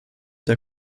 der